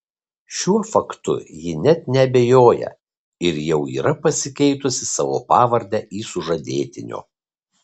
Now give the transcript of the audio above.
šiuo faktu ji net neabejoja ir jau yra pasikeitusi savo pavardę į sužadėtinio